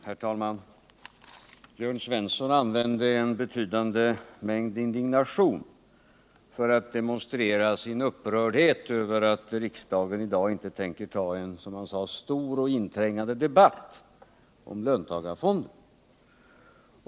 Herr talman! Jörn Svensson använde en betydande mängd indignation för att demonstrera sin upprördhet över att riksdagen inte i dag tänker ta upp, som han sade, en stor och inträngande debatt om löntagarfonder.